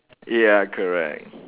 ya correct